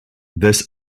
this